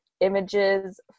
images